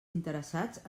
interessats